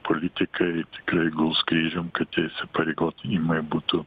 politikai tikrai guls kryžium kad tie įsipareigojimai butų